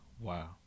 Wow